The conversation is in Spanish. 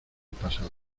pasado